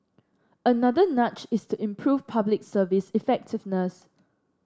another nudge is to improve Public Service effectiveness